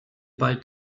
bald